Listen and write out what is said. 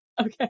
Okay